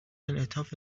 انعطاف